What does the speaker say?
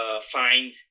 find